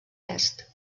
est